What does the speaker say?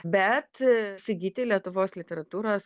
bet įsigyti lietuvos literatūros